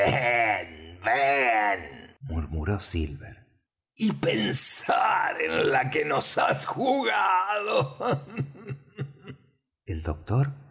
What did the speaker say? murmuró silver y pensar en la que nos has jugado el doctor